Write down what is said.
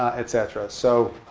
et cetera. so